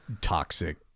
toxic